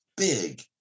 Big